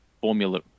Formula